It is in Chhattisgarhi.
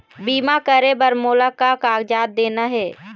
बीमा करे बर मोला का कागजात देना हे?